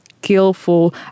skillful